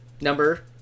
Number